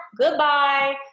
goodbye